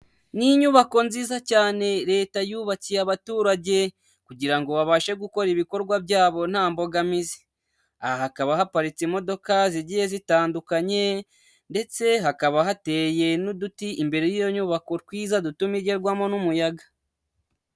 Ni inyubako nziza cyane leta yubakiye abaturage kugirango babashe gukora ibikorwa byabo nta mbogamizi. Aha hakaba haparitse imodoka zigiye zitandukanye ndetse hakaba hateye n'uduti imbere y'iyo nyubako twiza dutuma igerwamo n'umuyaga.